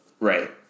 Right